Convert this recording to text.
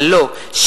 אבל לא,